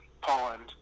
Poland